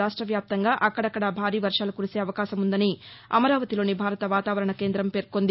రాష్టవ్యాప్తంగా అక్కదక్కద భారీ వర్షాలు కురిసే అవకాశం ఉందని అమరావతిలోని భారత వాతావరణ కేందం పేర్కొంది